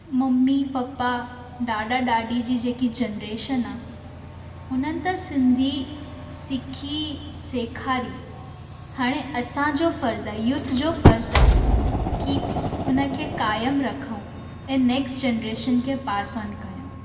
mummy papa ॾाॾा ॾॾी जी जेकी जनरेशन आहे हुननि त सिंधी सिखी सेखारी हाणे असांजो फर्ज़ु आहे यूथ जो फर्ज़ु आहे कि हुनखे क़ाइमु रखूं ऐं नेकस्ट जनरेशन खे पास ऑन कयूं